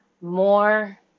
more